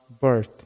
birth